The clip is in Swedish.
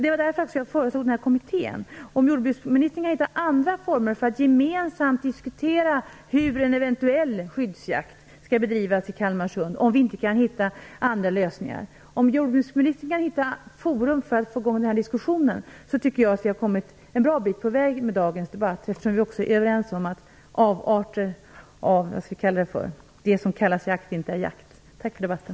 Det var därför som jag föreslog att det skulle tillsättas en kommitté. Om jordbruksministern kan hitta andra former för en gemensam diskussion om hur en eventuell skyddsjakt skall bedrivas i Kalmarsund och om jordbruksministern kan hitta forum för att få i gång denna diskussion, tycker jag att vi med dagens debatt har kommit en bra bit på väg, eftersom vi också är överens om att avarter av något som kallas jakt inte är jakt. Tack för debatten.